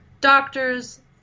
doctors